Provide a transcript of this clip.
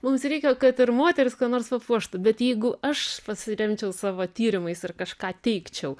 mums reikia kad ir moteris ką nors papuoštų bet jeigu aš pasiremčiau savo tyrimais ir kažką teikčiau